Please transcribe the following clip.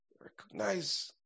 Recognize